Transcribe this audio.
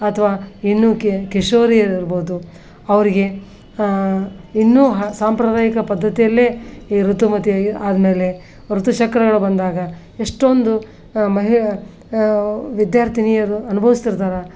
ಅಥವಾ ಇನ್ನೂ ಕಿಶೋರಿಯರಿರ್ಬೋದು ಅವ್ರಿಗೆ ಇನ್ನೂ ಹ ಸಾಂಪ್ರದಾಯಿಕ ಪದ್ಧತಿಯಲ್ಲೇ ಈ ಋತುಮತಿ ಆದಮೇಲೆ ಋತುಚಕ್ರಗಳು ಬಂದಾಗ ಎಷ್ಟೊಂದು ಮಹಿ ವಿದ್ಯಾರ್ಥಿನಿಯರು ಅನುಭವಿಸ್ತಿರ್ತಾರೆ